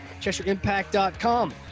CheshireImpact.com